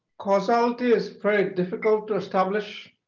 causality is very difficulty to establish